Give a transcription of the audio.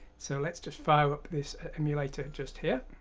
so let's just fire up this emulator just here,